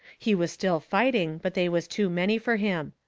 he was still fighting, but they was too many fur him.